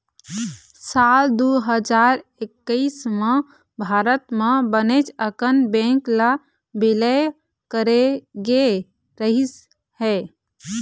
साल दू हजार एक्कइस म भारत म बनेच अकन बेंक ल बिलय करे गे रहिस हे